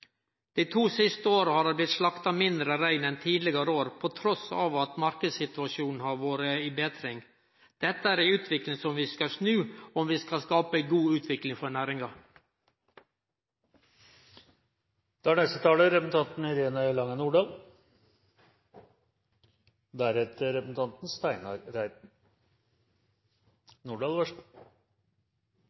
to siste åra har det blitt slakta færre rein enn tidlegare år, trass i at marknadssituasjonen har vore i betring. Dette er ei utvikling som vi skal snu om vi skal skape ei god utvikling for næringa.